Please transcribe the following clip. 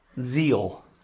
zeal